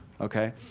Okay